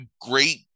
Great